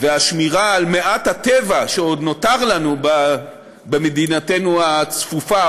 והשמירה על מעט הטבע שעוד נותר לנו במדינתנו הצפופה,